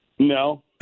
No